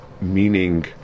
meaning